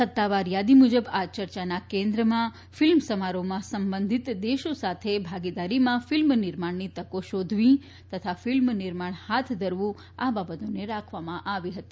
સત્તાવાર યાદી મૂજબ આ ચર્ચાના કેન્દ્રમાં ફિલ્મ સમારોહમાં સંબંધીત દેશો સાથે ભાગીદારીમાં ફિલ્મ નિર્માણની તકો શોધવી તથા ફિલ્મ નિર્માણ હાથ ધરવું આ બાબતોને રાખવામાં આવી હતી